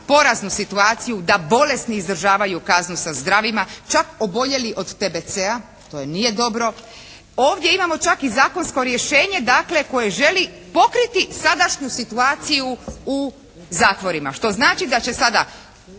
da bolesni izdržavaju kaznu sa zdravima. Čak oboljeli od TBC-a, to nije dobro. Ovdje imamo čak i zakonsko rješenje dakle koje želi pokriti sadašnju situaciju u zatvorima